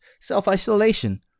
Self-isolation